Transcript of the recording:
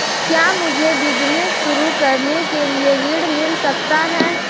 क्या मुझे बिजनेस शुरू करने के लिए ऋण मिल सकता है?